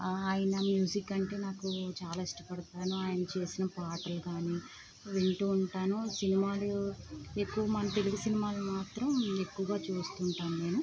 ఆయన మ్యూజిక్ కంటే నాకు చాలా ఇష్టపడతాను ఆయన చేసిన పాటలు కానీ వింటూ ఉంటాను సినిమాలు ఎక్కువ మందివి తెలుగు సినిమాలు మాత్రం ఎక్కువగా చూస్తుంటాను నేను